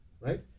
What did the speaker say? right